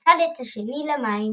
אחד את השני למים.